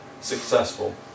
successful